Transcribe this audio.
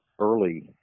early